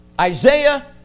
Isaiah